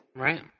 Right